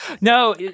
No